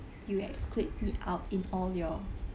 you exclude it out in all your